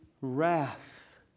Wrath